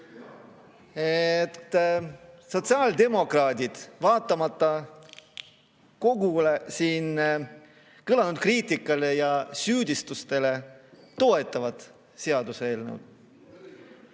Sotsiaaldemokraadid, vaatamata kogu siin kõlanud kriitikale ja süüdistustele, toetavad seaduseelnõu.